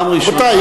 פעם ראשונה,